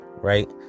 right